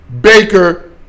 Baker